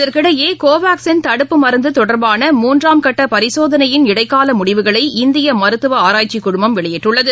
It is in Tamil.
இதற்கிடையே கோவாக்சின் தடுப்பு மருந்துதொடர்பான மூன்றாம் கட்ட பரிசோதனையின் இடைக்காலமுடிவுகளை இந்தியமருத்துவஆராய்ச்சிக்குழுமம் வெளியிட்டுள்ளது